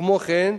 כמו כן,